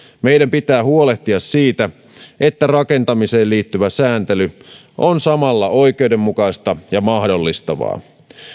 meidän pitää huolehtia siitä että rakentamiseen liittyvä sääntely on samalla oikeudenmukaista ja mahdollistavaa